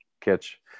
catch